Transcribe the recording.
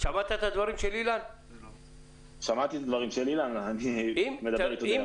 אנחנו מכירים את זה, אנחנו יודעים את זה,